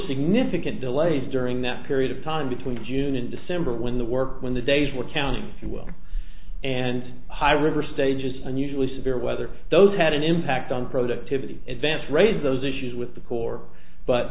significant delays during that period of time between june and december when the work when the days were counting if you will and high river stages and usually severe weather those had an impact on productivity events raise those issues with the corps but